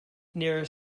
near